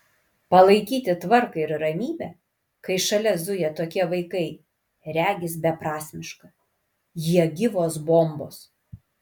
palaikyti tvarką ir ramybę kai šalia zuja tokie vaikai regis beprasmiška jie gyvos bombos